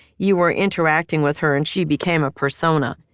you were interacting with her and she became a persona.